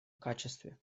качестве